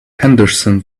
henderson